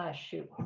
ah shoot.